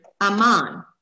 aman